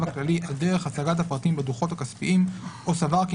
הכללי על דרך הצגת הפרטים בדוחות הכספיים או סבר כי